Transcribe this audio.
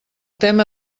tema